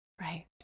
Right